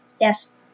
Yes